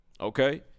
Okay